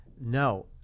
No